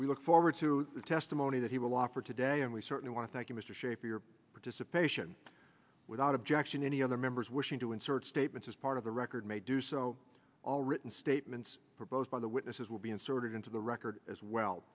we look forward to the testimony that he will offer today and we certainly want to thank you mr shape for your participation without objection any other members wishing to insert statements as part of the record may do so all written statements proposed by the witnesses will be inserted into the record as well